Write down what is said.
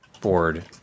board